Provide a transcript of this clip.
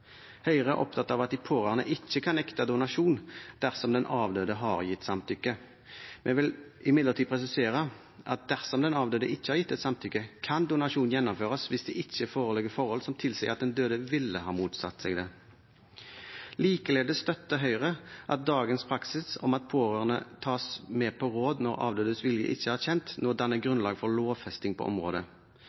Høyre er opptatt av at de pårørende ikke kan nekte donasjon dersom den avdøde har gitt samtykke. Vi vil imidlertid presisere at dersom den avdøde ikke har gitt et samtykke, kan donasjon gjennomføres hvis det ikke foreligger forhold som tilsier at den døde ville ha motsatt seg det. Likeledes støtter Høyre at dagens praksis med at pårørende tas med på råd når avdødes vilje ikke er kjent, må danne grunnlag for lovfesting på området.